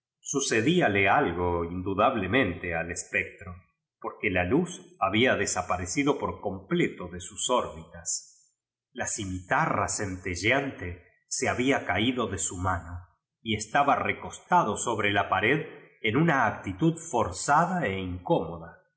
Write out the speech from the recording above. terrible sucedíale algo indudablemente al espec tro porque la luz bahía desaparecido por completo de sus órbitas la cimitarra centelleante se había caído de su mano y estaba recostado sobre la pa red en una actitud forzada c incómoda